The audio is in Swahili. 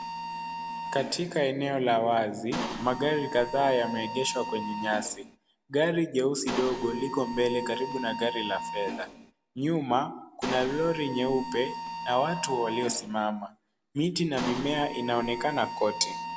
Katika eneo la wazi, magari kadhaa yameegeshwa kwenye nyasi. Gari jeusi ndogo liko mbele karibu na gari la fedha. Nyuma kuna lori nyeupe na watu waliosimama. Miti na mimea inaonekana kote.